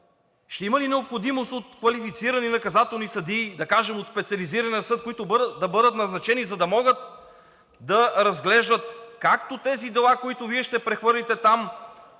ще има ли необходимост от квалифицирани наказателни съдии, да кажем, от Специализирания съд, които да бъдат назначени, за да могат да разглеждат както тези дела, които Вие ще прехвърлите там